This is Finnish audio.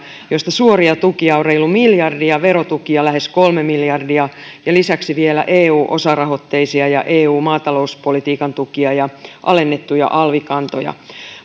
josta suoria tukia on reilu miljardi ja verotukia lähes kolme miljardia ja lisäksi vielä eu osarahoitteisia ja eu maatalouspolitiikan tukia ja alennettuja alvikantoja